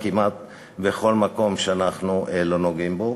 וכמעט בכל מקום שאנחנו לא נוגעים בו.